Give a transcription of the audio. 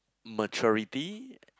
maturity